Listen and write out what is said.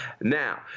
Now